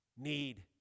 need